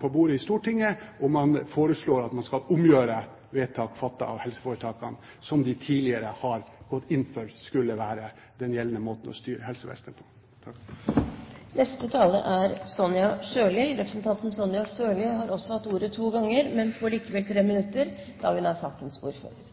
på bordet i Stortinget og man foreslår at man skal omgjøre vedtak fattet av helseforetakene, som man tidligere har gått inn for skulle være den gjeldende måten å styre helsevesenet på. Representanten Sonja Irene Sjøli har hatt ordet to ganger, men får likevel en taletid på 3 minutter, da hun er sakens ordfører.